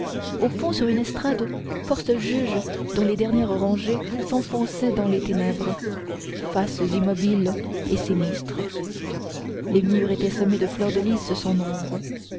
au fond sur une estrade force juges dont les dernières rangées s'enfonçaient dans les ténèbres faces immobiles et sinistres les murs étaient semés de fleurs de lys sans nombre